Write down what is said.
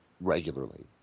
regularly